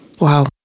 Wow